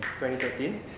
2013